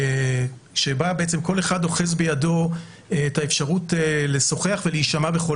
שבה כל אחד אוחז בידו את האפשרות לשוחח ולהישמע בכל